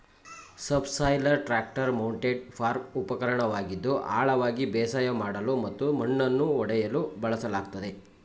subsoiler tractor mounted farm ಉಪಕರಣವಾಗಿದ್ದು ಆಳವಾಗಿ ಬೇಸಾಯ ಮಾಡಲು ಮತ್ತು ಮಣ್ಣನ್ನು ಒಡೆಯಲು ಬಳಸಲಾಗ್ತದೆ